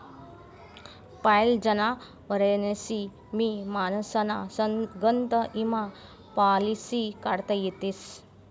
पायेल जनावरेस्नी भी माणसेस्ना गत ईमा पालिसी काढता येस